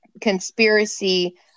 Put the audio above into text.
conspiracy